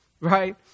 right